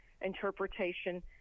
interpretation